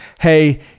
hey